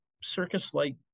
circus-like